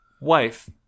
Wife